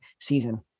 season